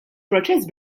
proċess